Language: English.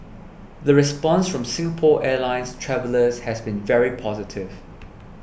the response from Singapore Airlines travellers has been very positive